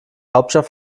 hauptstadt